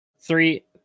three